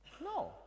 No